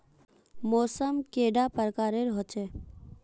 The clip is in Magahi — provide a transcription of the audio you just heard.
मौसम कैडा प्रकारेर होचे?